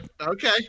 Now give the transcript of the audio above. okay